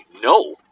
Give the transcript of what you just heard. no